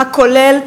הכולל,